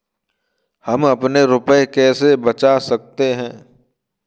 हम अपने रुपये कैसे बचा सकते हैं?